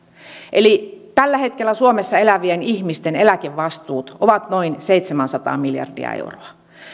eli tällä hetkellä suomessa elävien ihmisten eläkevastuut ovat noin seitsemänsataa miljardia euroa